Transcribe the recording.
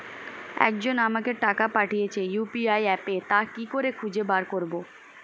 একজন আমাকে টাকা পাঠিয়েছে ইউ.পি.আই অ্যাপে তা কি করে খুঁজে বার করব?